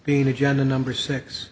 being agenda number six